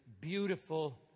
beautiful